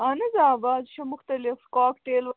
اَہن حظ آ واجہِ چھےٚ مختلِف کاک ٹیل